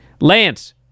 lance